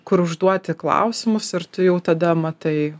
kur užduoti klausimus ir tu jau tada matai